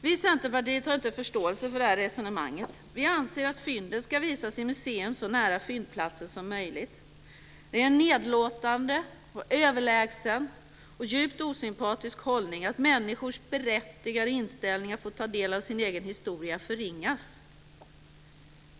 Vi i Centerpartiet har inte förståelse för det här resonemanget. Vi anser att fyndet ska visas i ett museum så nära fyndplatsen som möjligt. Det är en nedlåtande, överlägsen och djupt osympatisk hållning att människors berättigade intresse för att få ta del av sin egen historia förringas.